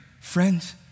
Friends